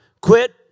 quit